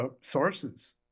sources